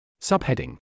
Subheading